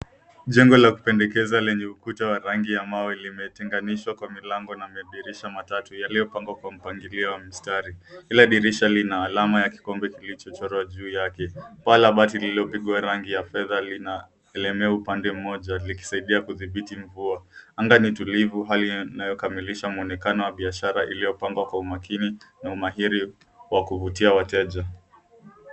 Jengo la kupendekeza lenye ukuta wa rangi ya mawe limetenganishwa Kwa milango na madirisha matatu yaliyopangwa Kwa mpangilio wa mistari. Kila dirisha lina alama ya kikombe kilichochorwa juu yake. Paa la bati lililopigwa rangi ya fedha linalemea upande mmoja likisaidia kudhibiti mvua. Anga ni tulivu, hali inayokamilisha mwonekano wa biashara iliyopangwa Kwa umakini na umahiri wa kuvutia wateja.